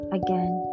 again